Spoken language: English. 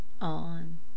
on